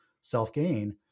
self-gain